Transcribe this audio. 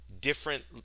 different